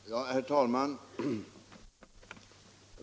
Nr 88 Herr talman!